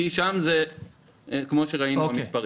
כי כפי שראינו שם עיקר הנפגעים.